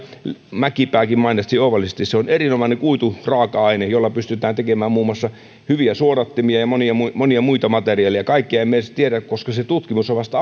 mäkipääkin mainitsi oivallisesti se on erinomainen kuituraaka aine jolla pystytään tekemään muun muassa hyviä suodattimia ja monia muita monia muita materiaaleja kaikkea emme edes tiedä koska tutkimus on vasta